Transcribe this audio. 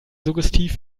suggestiv